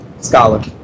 Scholar